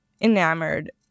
enamored